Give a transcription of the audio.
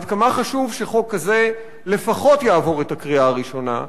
עד כמה חשוב שחוק כזה לפחות יעבור את הקריאה הראשונה.